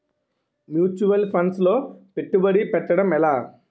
Mutual funds లో పెట్టుబడి పెట్టడం ఎలా?